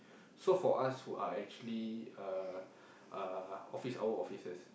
so for us who are actually uh uh office hour officers